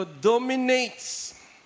dominates